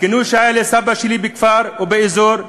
הכינוי שהיה לסבא שלי בכפר ובאזור,